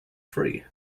free